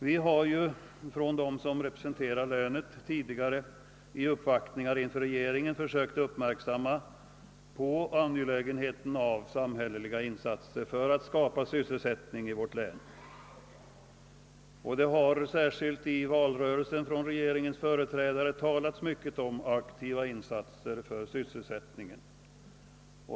Vi som representerar länet har tidigare genom uppvaktningar hos regeringen försökt göra dess medlemmar uppmärksamma på angelägenheten av samhälleliga insatser för att skapa sysselsättning i vårt län. Det har, särskilt i valrörelsen, från regeringens företrädare talats mycket om aktiva insatser för sysselsättningen.